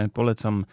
Polecam